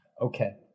Okay